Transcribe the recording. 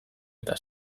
eta